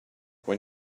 when